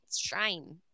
shine